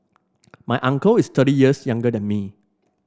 my uncle is thirty years younger than me